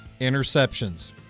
interceptions